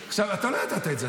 אתה לא ידעת את זה.